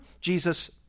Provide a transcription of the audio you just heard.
Jesus